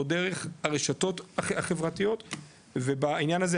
או דרך הרשתות החברתיות ובעניין הזה,